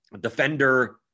defender